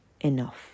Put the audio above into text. enough